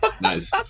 Nice